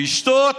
לשתות,